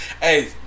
Hey